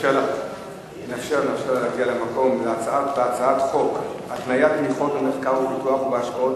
על הצעת חוק התניית תמיכות במחקר ופיתוח ובהשקעות